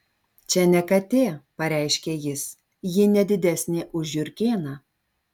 čia ne katė pareiškė jis ji ne didesnė už žiurkėną